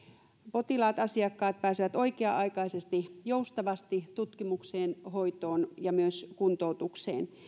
potilaat asiakkaat pääsevät oikea aikaisesti joustavasti tutkimukseen hoitoon ja myös kuntoutukseen